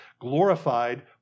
glorified